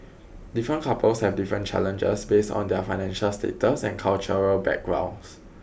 different couples have different challenges based on their financial status and cultural backgrounds